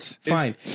Fine